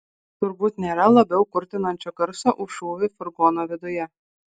turbūt nėra labiau kurtinančio garso už šūvį furgono viduje